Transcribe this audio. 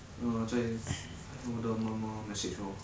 orh 我的妈妈 message 我